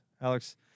Alex